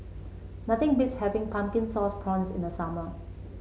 nothing beats having Pumpkin Sauce Prawns in the summer